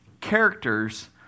characters